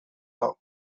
hau